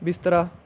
ਬਿਸਤਰਾ